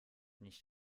nicht